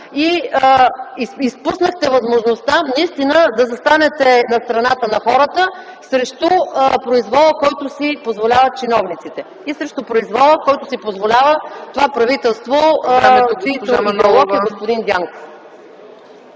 и изпуснахте възможността наистина да застанете на страната на хората срещу произвола, който си позволяват чиновниците, и срещу произвола, който си позволява това правителство, чийто идеолог